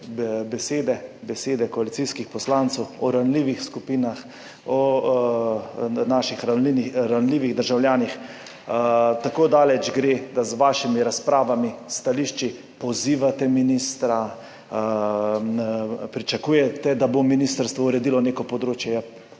besede koalicijskih poslancev o ranljivih skupinah, o naših ranljivih državljanih. Tako daleč gre, da s svojimi razpravami, s stališči pozivate ministra, pričakujete, da bo ministrstvo uredilo neko področje.